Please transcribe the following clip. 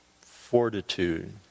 fortitude